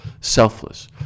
selfless